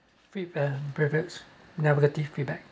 food and beverage negative feedback